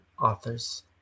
authors